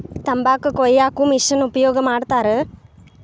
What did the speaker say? ತಂಬಾಕ ಕೊಯ್ಯಾಕು ಮಿಶೆನ್ ಉಪಯೋಗ ಮಾಡತಾರ